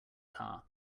car